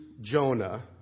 Jonah